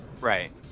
Right